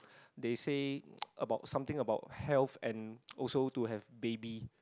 they say about something about health and also to have baby